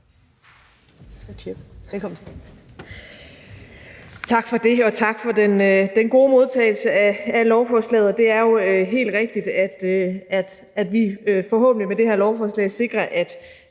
Tak for det, og tak for den gode modtagelse af lovforslaget. Det er jo helt rigtigt, at vi forhåbentlig med det her lovforslag sikrer, at